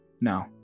No